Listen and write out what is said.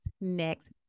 next